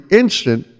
instant